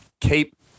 keep